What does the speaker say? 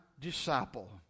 disciple